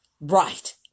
Right